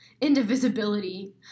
Indivisibility